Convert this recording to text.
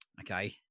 Okay